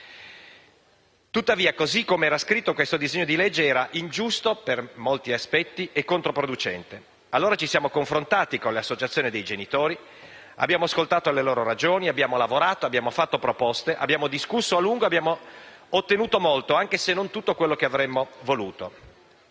Tuttavia, così come era scritto, il provvedimento al nostro esame era ingiusto per molti aspetti e controproducente. Ci siamo confrontati allora con le associazioni dei genitori, abbiamo ascoltato le loro ragioni, abbiamo lavorato, fatto proposte, discusso a lungo e ottenuto molto, anche se non tutto quello che avremmo voluto.